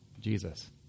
Jesus